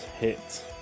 hit